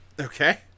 okay